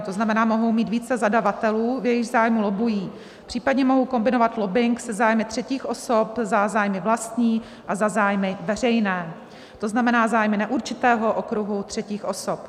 To znamená, mohou mít více zadavatelů, v jejichž zájmu lobbují, případně mohou kombinovat lobbing se zájmy třetích osob, za zájmy vlastní a za zájmy veřejné, to znamená, zájmy neurčitého okruhu třetích osob.